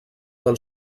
del